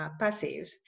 passives